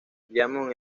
diamond